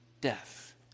death